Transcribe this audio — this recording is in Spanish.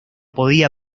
podía